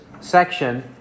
section